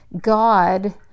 God